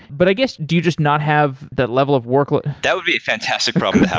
but i guess do you just not have that level of workload? that would be a fantastic problem to have